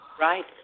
Right